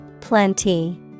Plenty